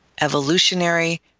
evolutionary